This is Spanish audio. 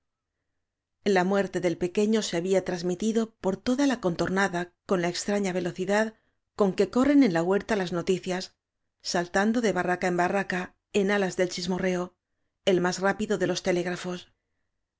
la muerte del pequeño se había trasmi tido por toda la contornada con la extraña v áñ velocidad con que corren en la huerta las no ticias saltando de barraca en barraca en alas del chismorreo el más rápido de los telégrafos